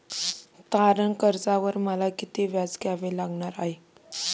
तारण कर्जावर मला किती व्याज द्यावे लागणार आहे?